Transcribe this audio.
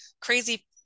crazy